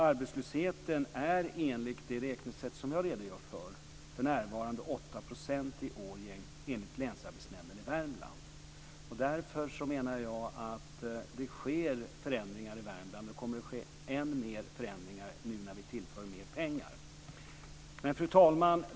Arbetslösheten är, enligt det räknesätt jag redogör för, för närvarande 8 % i Årjäng enligt Länsarbetsnämnden i Värmland. Därför menar jag att det sker förändringar i Värmland, och det kommer att ske än mer förändringar när vi tillför mer pengar. Fru talman!